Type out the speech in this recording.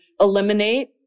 eliminate